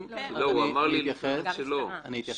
לפני כן הוא אמר לי שלא בטוח.